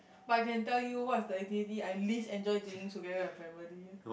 but I can tell you what's the activity that I least enjoyed doing together with my family